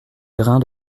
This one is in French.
grains